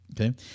Okay